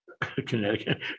Connecticut